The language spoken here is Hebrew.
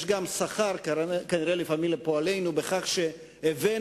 נראה שלפעמים יש גם שכר לפועלנו בכך שהבאנו